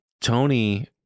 Tony